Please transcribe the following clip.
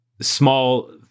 small